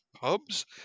pubs